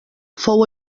fou